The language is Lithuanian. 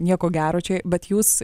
nieko gero čia bet jūs